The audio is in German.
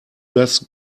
das